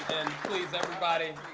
please, everybody.